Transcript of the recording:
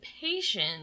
patient